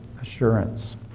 assurance